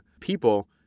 people